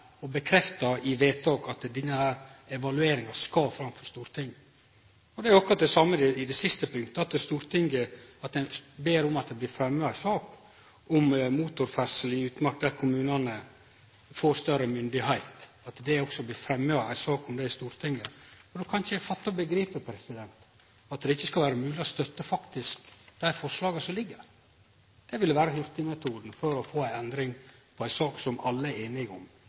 og bekrefta i vedtak at denne evalueringa skal opp i Stortinget? Det er akkurat når det gjeld det tredje forslaget, der ein ber om at det blir fremma ei sak om motorferdsel i utmark, og der kommunane får større myndigheit – at det blir fremma ei sak om det i Stortinget. Eg kan ikkje fatte og begripe at det ikkje skal vere mogleg å støtte desse forslaga som ligg her. Det ville vere hurtigmetoden for å få ei endring i ei sak der alle er einige – bortsett frå statsråden og SV. Samarbeid er å gi og ta. Spørsmålet er om